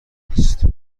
نیست